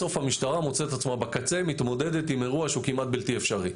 בסוף המשטרה מוצאת את עצמה בקצה מתמודדת עם אירוע שהוא כמעט בלתי אפשרי,